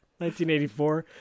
1984